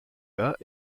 bas